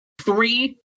three